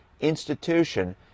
institution